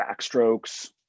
backstrokes